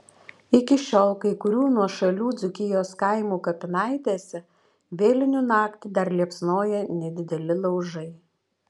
iki šiol kai kurių nuošalių dzūkijos kaimų kapinaitėse vėlinių naktį dar liepsnoja nedideli laužai